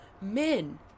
Men